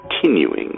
continuing